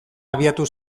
abiatu